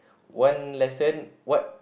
one lesson what